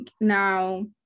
now